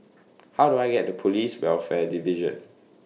How Do I get to Police Welfare Division